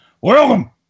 welcome